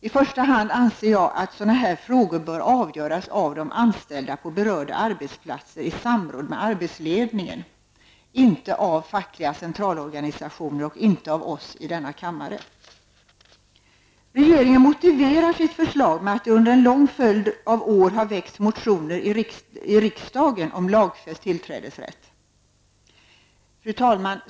I första hand anser jag att sådana här frågor bör avgöras av de anställda på berörda arbetsplatser i samråd med arbetsledningen, inte av fackliga centralorganisationer eller av oss i denna kammare. Regeringen motiverar sitt förslag med att det under en följd av år har väckts motioner i riksdagen om lagfäst tillträdesrätt.